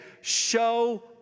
show